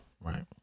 Right